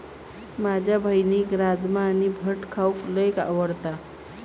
माझ्या बहिणीक राजमा आणि भट खाऊक लय आवडता